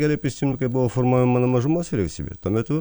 gerai prisimenu kaip buvo formuojama mano mažumos vyriausybė tuo metu